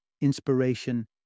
inspiration